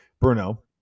Bruno